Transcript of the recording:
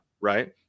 right